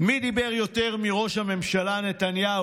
מי דיבר יותר מראש הממשלה נתניהו